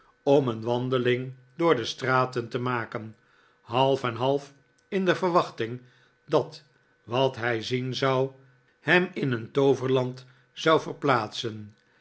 om een wandeling door de straten te maken half eh half in de verwachting dat wat hij zien zou hem in een tooverland zou verplaatsen